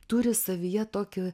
turi savyje tokį